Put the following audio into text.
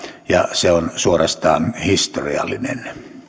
ja se on suorastaan historiallinen